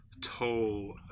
toll